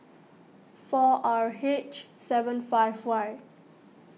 four R H seven five Y